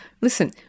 Listen